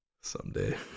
Someday